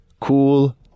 Cool